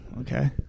okay